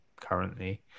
currently